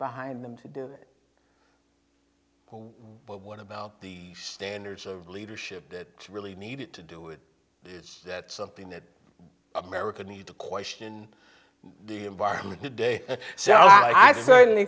behind them to do it what about the standards of leadership that really needed to do it that something that america need to question the environment today so i certainly